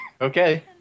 Okay